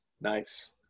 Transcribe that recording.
Nice